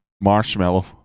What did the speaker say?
marshmallow